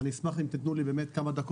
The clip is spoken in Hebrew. אני אשמח אם תתנו לי כמה דקות.